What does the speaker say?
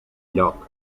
lloc